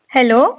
Hello